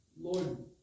Lord